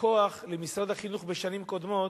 כוח למשרד החינוך בשנים קודמות,